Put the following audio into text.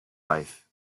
life